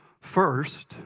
First